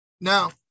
Now